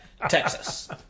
Texas